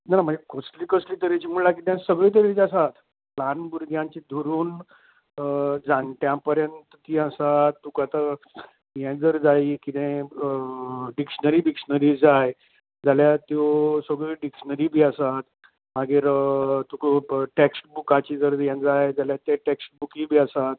ना म्हणजे कसलीं कसलीं तरेची म्हणळ्यार सगळे तरची आसात ल्हान भुरग्यांचे धरून जाणट्या पर्यंत ची आसात तुकां आतां हें जर जाय कितें डिक्शनरी बिक्शनरी जाय जाल्यार त्यो सगळ्यो डिक्शनरी बी आसात मागीर तुका टॅक्स्ट बुकाचें जर रें जाय जाल्यार टॅक्सट बुकाचें बुकूय बी आसात